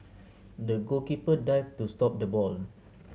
the goalkeeper dived to stop the ball